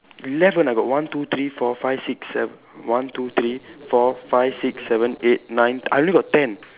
left one I got one two three four five six seven one two three four five six seven eight nine I only got ten